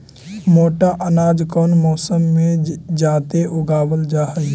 मोटा अनाज कौन मौसम में जादे उगावल जा हई?